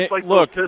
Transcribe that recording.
Look